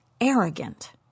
arrogant